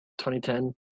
2010